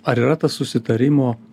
ar yra tas susitarimo